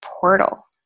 portal